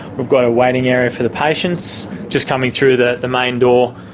we've got a waiting area for the patients. just coming through the the main door,